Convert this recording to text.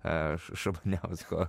aš šabaniausko